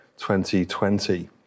2020